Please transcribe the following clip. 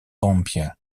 boompje